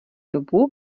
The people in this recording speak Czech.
dobu